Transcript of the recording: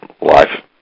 life